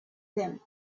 them